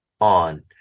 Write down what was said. on